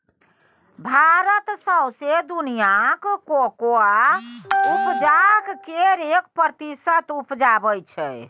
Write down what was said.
भारत सौंसे दुनियाँक कोकोआ उपजाक केर एक प्रतिशत उपजाबै छै